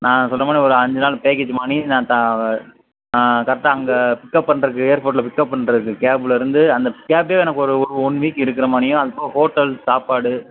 நான் சொன்ன மாதிரி ஒரு அஞ்சு நாள் பேக்கேஜ் மாதிரி நான் த கரெக்டாக அங்கே பிக்கப் பண்ணுறக்கு ஏர்போர்ட்டில் பிக்கப் பண்ணுறக்கு கேப்பிலேருந்து அந்த கேப்பையே எனக்கு ஒரு ஒரு ஒன் வீக் இருக்கிற மாதிரியும் அது போக ஹோட்டல் சாப்பாடு